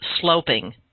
sloping